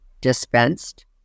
dispensed